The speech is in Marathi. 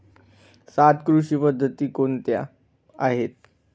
सात कृषी पद्धती कोणत्या आहेत?